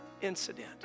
incident